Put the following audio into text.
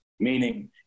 Meaning